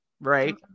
right